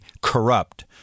corrupt